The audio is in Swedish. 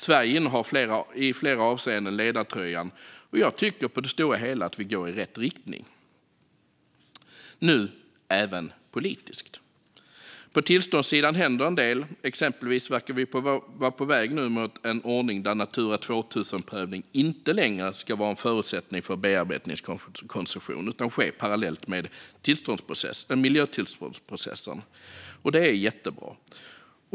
Sverige innehar i flera avseenden ledartröjan. Och jag tycker på det stora hela att vi går i rätt riktning, nu även politiskt. På tillståndssidan händer en del. Exempelvis verkar vi vara på väg mot en ordning där en Natura 2000-prövning inte längre ska vara en förutsättning för bearbetningskoncession utan ske parallellt med miljötillståndsprocessen, och det är jättebra.